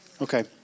Okay